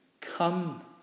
Come